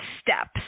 steps